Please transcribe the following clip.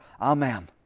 Amen